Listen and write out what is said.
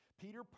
Peter